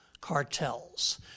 cartels